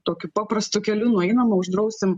tokiu paprastu keliu nueinama uždrausim